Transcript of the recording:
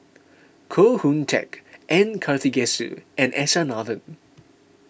Koh Hoon Teck M Karthigesu and S R Nathan